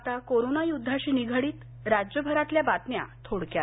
आता कोरोना युद्धाशी निगडीत राज्यभरातल्या काही बातम्या थोडक्यात